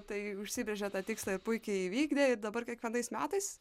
tai užsibrėžė tą tikslą ir puikiai įvykdė ir dabar kiekvienais metais